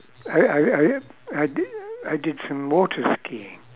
I I I I did I did some water skiing